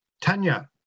Tanya